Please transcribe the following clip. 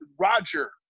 Roger